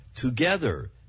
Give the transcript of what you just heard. Together